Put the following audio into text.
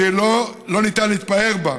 שאי-אפשר להתפאר בה,